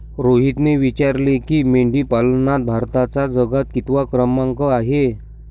रोहितने विचारले की, मेंढीपालनात भारताचा जगात कितवा क्रमांक आहे?